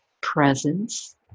presence